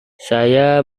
saya